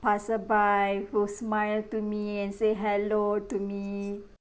passerby who smile to me and say hello to me